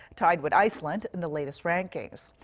tied with iceland, in the latest rankings.